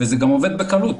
וזה גם עובד בקלות,